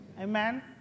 Amen